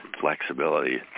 flexibility